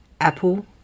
Apple